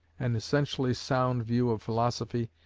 an essentially sound view of philosophy,